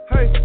Hey